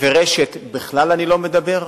ועל "רשת" אני בכלל לא מדבר,